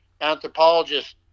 anthropologists